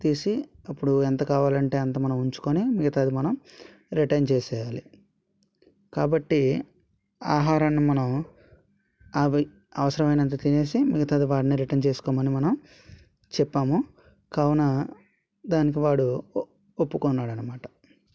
తీసి అప్పుడు ఎంత కావాలంటే అంత మనం ఉంచుకొని మిగతాది మనం రిటర్న్ చేసేయాలి కాబట్టి ఆహారాన్ని మనం అవి అవసరమైనంత తినేసి మిగతాది వాడినే రిటర్న్ చేసుకోమని మనం చెప్పాము కావున దానికి వాడు ఒప్పుకున్నాడు అన్నమాట